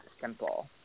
simple